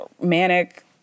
manic